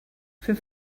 für